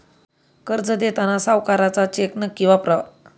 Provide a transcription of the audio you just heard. कर्ज देताना सावकाराचा चेक नक्की वापरावा